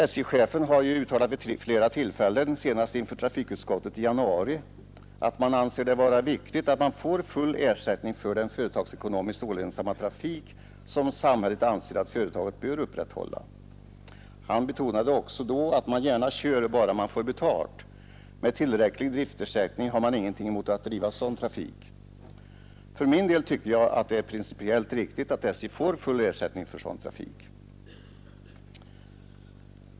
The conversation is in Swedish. SJ-chefen har ju uttalat vid flera tillfällen och senast inför trafikutskottet i januari att det är viktigt att man får full ersättning för den företagsekonomiskt olönsamma trafik som samhället anser att företaget bör upprätthålla. Han betonade då också att man gärna kör, bara man får betalt; med tillräcklig driftersättning har man ingenting emot att driva sådan trafik. För min del tycker jag det är principiellt riktigt att SJ får full ersättning för sådan trafik.